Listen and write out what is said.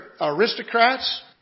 aristocrats